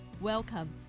Welcome